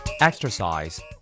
Exercise